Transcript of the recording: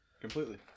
Completely